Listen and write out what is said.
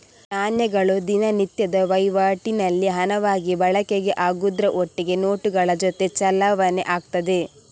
ನಾಣ್ಯಗಳು ದಿನನಿತ್ಯದ ವೈವಾಟಿನಲ್ಲಿ ಹಣವಾಗಿ ಬಳಕೆ ಆಗುದ್ರ ಒಟ್ಟಿಗೆ ನೋಟುಗಳ ಜೊತೆ ಚಲಾವಣೆ ಆಗ್ತದೆ